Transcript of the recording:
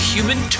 Human